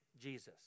Jesus